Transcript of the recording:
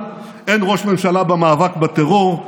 אין ראש ממשלה במאבק בטרור,